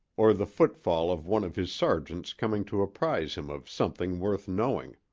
or the footfall of one of his sergeants coming to apprise him of something worth knowing.